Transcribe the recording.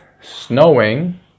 snowing